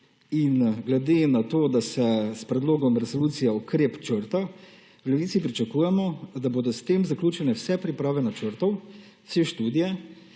in glede na to, da se s predlogom resolucije ukrep črta, v Levici pričakujemo, da bodo s tem zaključene vse priprave načrtov, 47. TRAK: